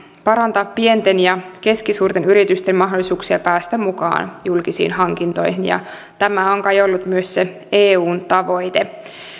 parantaa pienten ja keskisuurten yritysten mahdollisuuksia päästä mukaan julkisiin hankintoihin ja tämä on kai ollut myös se eun tavoite